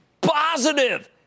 positive